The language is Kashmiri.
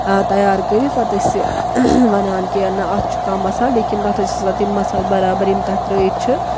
تیار کٔرِتھ پَتہٕ ٲسۍ یہِ وَنان کہِ نَہ اَتھ چھُ کَم مصال لیکِن تَتھ ٲسۍ آسان تِم مصال بَرابَر یِم تَتھ ترٛٲیِتھ چھِ